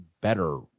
better